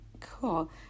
Cool